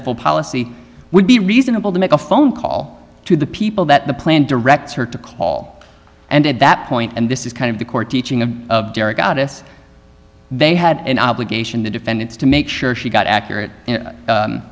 full policy would be reasonable to make a phone call to the people that the plan directs her to call and at that point and this is kind of the court teaching of of derek outis they had an obligation to defend its to make sure she got accurate